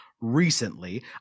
recently